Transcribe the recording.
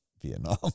Vietnam